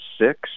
six